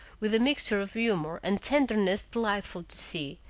with a mixture of humor and tenderness delightful to see,